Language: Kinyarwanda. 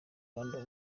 rwanda